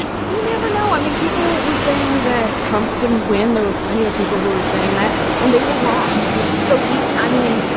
we never know. i mean, people were saying that trump couldn't win. there were plenty of people who were saying that, and they were wrong yeah so you i mean,